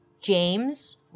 James